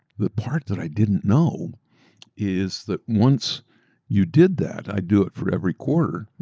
the part that i didn't know is that once you did that, i'd do it for every quarter,